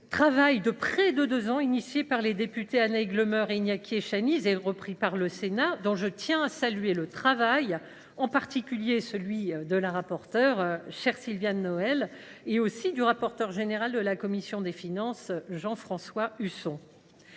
travail de près de deux ans, entrepris sur l’initiative des députés Annaïg Le Meur et Inaki Echaniz et repris par le Sénat, dont je tiens à saluer le travail, en particulier celui de la rapporteure, Sylviane Noël, et du rapporteur général de la commission des finances, Jean François Husson.